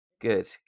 Good